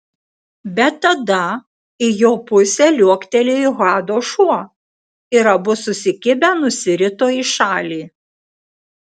bet tada į jo pusę liuoktelėjo hado šuo ir abu susikibę nusirito į šalį